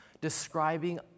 describing